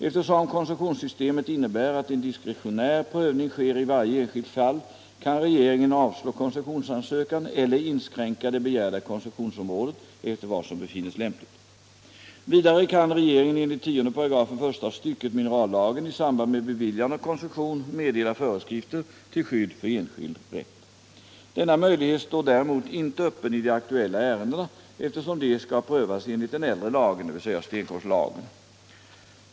Eftersom koncessionssystemet innebär att en diskretionär prövning sker i varje enskilt fall, kan regeringen avslå koncessionsansökan eller inskränka det begärda koncessionsområdet efter vad som befinns lämpligt. Vidare kan regeringen enligt 10 § första stycket minerallagen i samband med beviljande av koncession meddela föreskrifter till skydd för enskild rätt. Denna möjlighet står däremot inte öppen i de aktuella ärendena, eftersom de skall prövas enligt den äldre lagen, dvs. stenkolslagen.